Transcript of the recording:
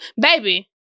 baby